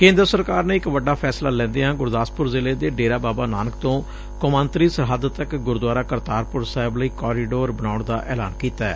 ਕੇਂਦਰ ਸਰਕਾਰ ਨੇ ਇਕ ਵੱਡਾ ਫੈਸਲਾ ਲੈਂਦਿਆਂ ਗੁਰਦਾਸਪੁਰ ਜ਼ਿਲ੍ਹੇ ਦੇ ਡੇਰਾ ਬਾਬਾ ਨਾਨਕ ਤੋਂ ਕੌਮਾਂਤਰੀ ਸਰਹੱਦ ਤੱਕ ਗੁਰਦੁਆਰਾ ਕਰਤਾਰਪੁਰ ਸਾਹਿਬ ਲਈ ਕੋਰੀਡੋਰ ਬਣਾਉਣ ਦਾ ਐਲਾਨ ਕੀਤੈ